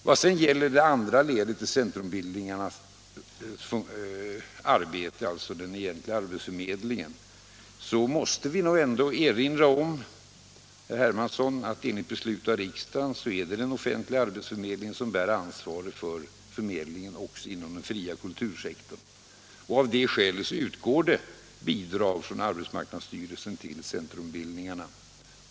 Vad sedan gäller det andra ledet i centrumbildningarnas arbete, alltså den egentliga arbetsförmedlingen, måste vi nog ändå erinra om, herr Hermansson, att enligt beslut av riksdagen är det den offentliga arbetsförmedlingen som bär ansvaret för förmedlingen också inom den fria kultursektorn. Av det skälet utgår det bidrag från arbetsmarknadsstyrelsen till centrumbildningarna.